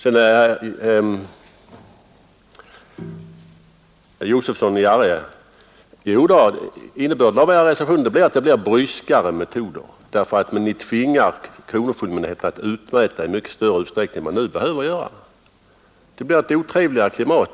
Ett bifall, herr Josefson i Arrie, till er reservation skulle medföra bryskare metoder, för ni tvingar kronofogdemyndigheterna att utmäta i mycket större utsträckning än de nu behöver göra. Det blir ett otrevligare klimat.